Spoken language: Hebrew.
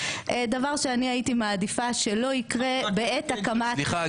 דבר שאני הייתי מעדיפה שלא יקרה בעת הקמת ------ סליחה,